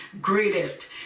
greatest